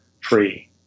free